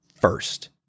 first